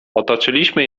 otoczyliśmy